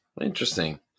interesting